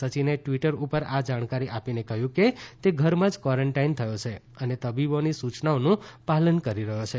સચીને Twitter ઉપર આ જાણકારી આપીને કહયું કે તે ઘરમાં જ કવારન્ટાઇન થયો છે અને તબીબોની સુયનાઓનું પાલન કરી રહથો છે